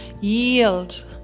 yield